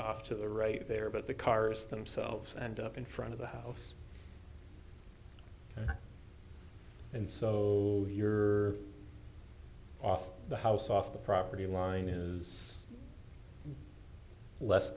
off to the right there but the cars themselves and up in front of the house and so you're off the house off the property line is less